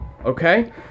Okay